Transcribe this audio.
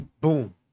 boom